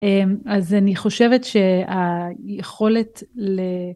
אז אני חושבת שהיכולת ל...